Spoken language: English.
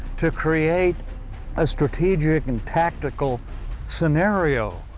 to create a strategic and tactical scenario.